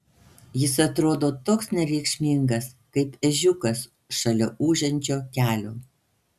jis atrodo toks nereikšmingas kaip ežiukas šalia ūžiančio kelio